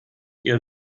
ihr